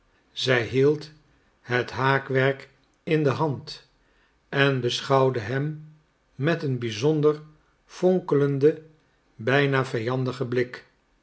zij hield het haakwerk in de hand en beschouwde hem met een bizonder fonkelenden bijna vijandigen blik